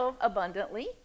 abundantly